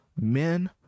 men